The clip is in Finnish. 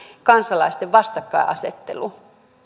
kansalaisten vastakkainasettelu